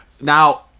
Now